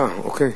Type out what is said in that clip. אוקיי.